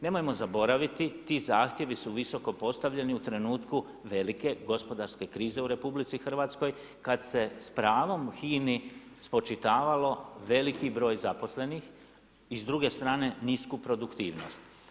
Nemojmo zaboraviti, ti zahtjevi su visoko postavljeni u trenutku velike gospodarske krize u RH kada se s pravom HINA-i spočitavalo veliki broj zaposlenih i s druge strane, nisu produktivnost.